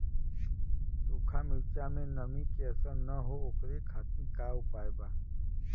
सूखा मिर्चा में नमी के असर न हो ओकरे खातीर का उपाय बा?